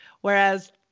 Whereas